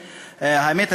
האמת,